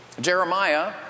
Jeremiah